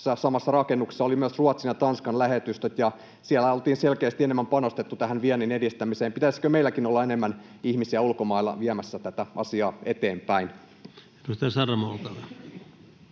samassa rakennuksessa olivat myös Ruotsin ja Tanskan lähetystöt, joissa oltiin selkeästi enemmän panostettu tähän viennin edistämiseen. Pitäisikö meilläkin olla enemmän ihmisiä ulkomailla viemässä tätä asiaa eteenpäin?